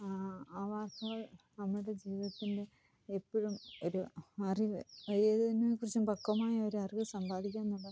അവയൊക്കെ നമ്മുടെ ജീവിതത്തിന്റെ എപ്പോഴും ഒരു അറിവ് ഏതിനേക്കുറിച്ചും പക്വമായൊരറിവ് സമ്പാദിക്കാൻ